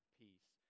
peace